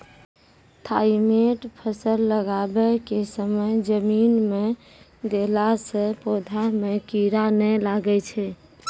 Thimet फ़सल लगाबै के समय जमीन मे देला से पौधा मे कीड़ा नैय लागै छै?